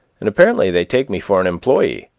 and apparently they take me for an employee